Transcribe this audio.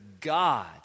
God